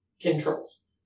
Controls